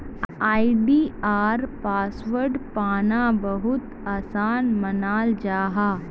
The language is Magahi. आई.डी.आर पासवर्ड पाना बहुत ही आसान मानाल जाहा